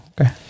Okay